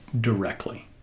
directly